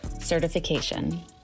certification